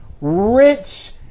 rich